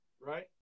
right